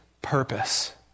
purpose